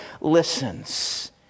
listens